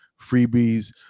freebies